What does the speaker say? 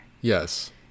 Yes